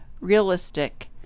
Realistic